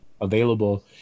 available